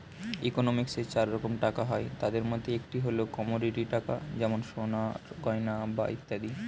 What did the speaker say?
ইকোনমিক্সে চার রকম টাকা হয়, তাদের মধ্যে একটি হল কমোডিটি টাকা যেমন সোনার গয়না বা ইত্যাদি